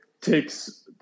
takes